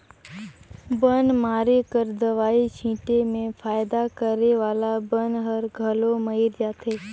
बन मारे कर दवई छीटे में फायदा करे वाला बन हर घलो मइर जाथे